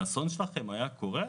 האסון שלכם היה קורה?